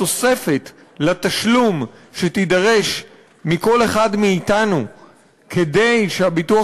התוספת לתשלום שתידרש מכל אחד מאתנו כדי שהביטוח